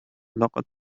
لقد